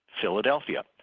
Philadelphia